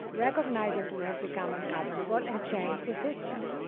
recognize it to have become ungovernable and change the system.